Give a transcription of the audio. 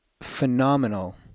phenomenal